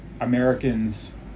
Americans